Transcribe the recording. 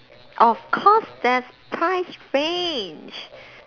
of course there's price range